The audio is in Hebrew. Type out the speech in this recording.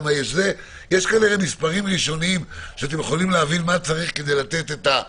יש מספרים ראשוניים שאתם יכולים להביא כדי לתת את זה